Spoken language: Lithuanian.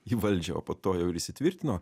į valdžią o po to jau ir įsitvirtino